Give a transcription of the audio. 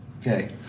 Okay